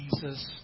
Jesus